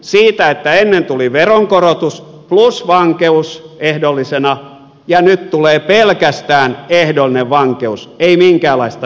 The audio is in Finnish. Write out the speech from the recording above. siitä että ennen tuli veronkorotus plus vankeus ehdollisena vai siitä että nyt tulee pelkästään ehdollinen vankeus ei minkäänlaista veronkorotusta